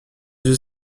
yeux